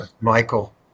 Michael